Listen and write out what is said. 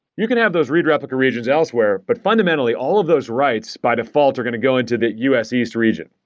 you can have those read replica regions elsewhere, but fundamentally, all of those writes by default are to go into the u s. east region.